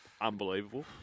Unbelievable